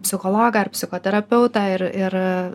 psichologą ar psichoterapeutą ir ir